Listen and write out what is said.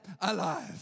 alive